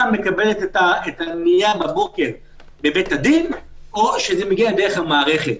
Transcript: מקבלת את הפנייה בבוקר לבית-הדין או שזה מגיע דרך המערכת.